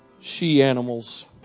she-animals